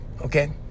okay